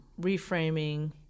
reframing